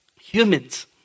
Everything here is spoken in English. Humans